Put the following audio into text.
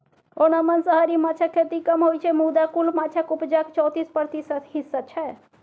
ओना मांसाहारी माछक खेती कम होइ छै मुदा कुल माछक उपजाक चौतीस प्रतिशत हिस्सा छै